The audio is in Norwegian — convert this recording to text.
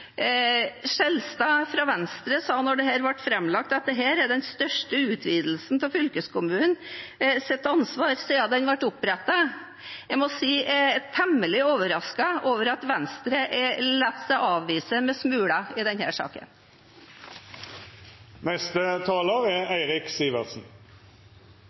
Skjelstad fra Venstre sa, da dette ble lagt fram, at dette er den største utvidelsen av fylkeskommunenes ansvar siden de ble opprettet. Jeg må si jeg er temmelig overrasket over at Venstre lar seg avspise med smuler i denne saken. Kommunene er